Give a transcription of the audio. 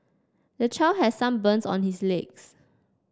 the child has some burns on his legs